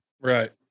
Right